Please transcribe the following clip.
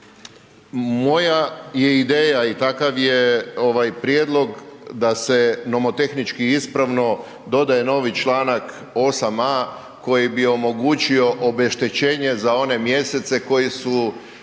moja je ideja i takav je prijedlog da se nomotehnički i ispravno dodaje novi čl. 8 a) koji bi omogućio obeštećenje za one mjesece koji su